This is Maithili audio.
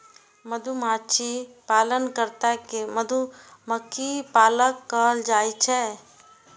मधुमाछी पालन कर्ता कें मधुमक्खी पालक कहल जाइ छै